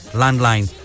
landline